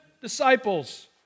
disciples